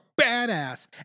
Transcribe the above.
badass